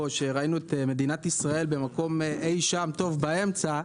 שראינו את מדינת ישראל במקום אי שם טוב באמצע,